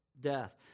death